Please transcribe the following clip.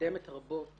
שמקדמת רבות